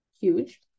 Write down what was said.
huge